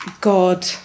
God